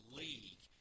league